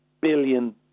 billion